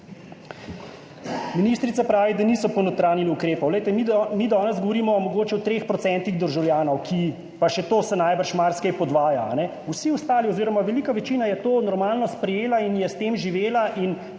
Ministrica pravi, da niso ponotranjili ukrepov. Mi danes govorimo mogoče o 3 % državljanov, pa še to se najbrž marsikaj podvaja, vsi ostali oziroma velika večina je to normalno sprejela in je s tem živela.